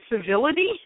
civility